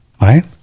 right